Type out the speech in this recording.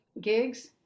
gigs